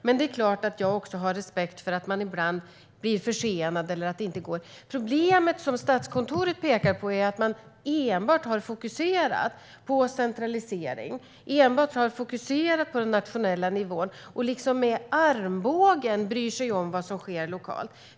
Men det är klart att jag också har respekt för att man ibland blir försenad eller att det inte går. Det problem som Statskontoret pekar på är att man enbart har fokuserat på centralisering. Man har enbart fokuserat på den nationella nivån och bryr sig liksom med armbågen om vad som sker lokalt.